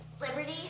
liberty